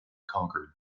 conquered